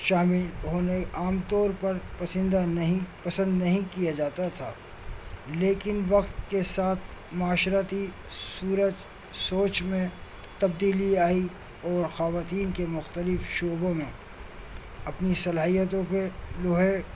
شامل ہونے عام طور پر پسند نہیں پسند نہیں کیا جاتا تھا لیکن وقت کے ساتھ معاشرتی سورج سوچ میں تبدیلی آئی اور خواتین کے مختلف شعبوں میں اپنی صلاحیتوں کے لوہے